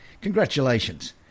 Congratulations